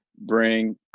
bring